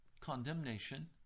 condemnation